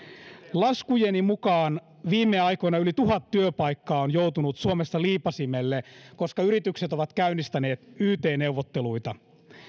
laskujeni mukaan viime aikoina yli tuhat työpaikkaa on joutunut suomessa liipaisimelle koska yritykset ovat käynnistäneet yt neuvotteluita